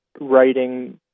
writing